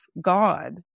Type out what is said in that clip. God